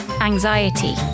anxiety